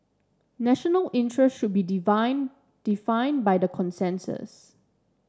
national interest should be defined by consensus